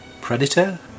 Predator